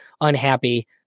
unhappy